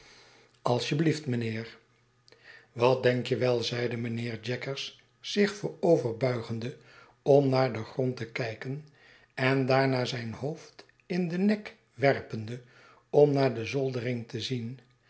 als je blieft mijnheer wat denk je wel zeide mijnheer jaggers zich vooroverbuigende om naar den grond te kijken en daarna zijn hoofd in den nek werpende om naar de zoldering te zien